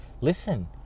listen